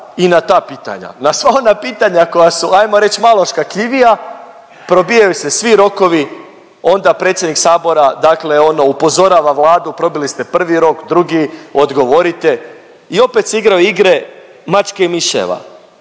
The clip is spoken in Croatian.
i na ta pitanja, na sva ona pitanja koja su ajmo reć malo škakljivija, probijaju se svi rokovi, onda predsjednik sabora, dakle ono upozorava Vladu probili ste prvi rok, drugi, odgovorite i opet se igraju igre mačke i miševa.